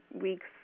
weeks